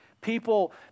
people